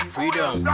Freedom